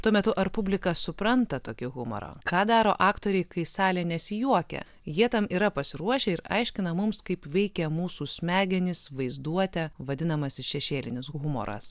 tuo metu ar publika supranta tokį humorą ką daro aktoriai kai salė nesijuokia jie tam yra pasiruošę ir aiškina mums kaip veikia mūsų smegenys vaizduotė vadinamasis šešėlinis humoras